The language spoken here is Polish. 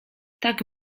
tak